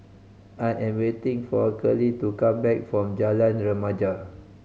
I am waiting for Curley to come back from Jalan Remaja